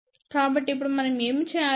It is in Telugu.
కాబట్టి ఇప్పుడు మనం ఏమి చేయాలి